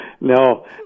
No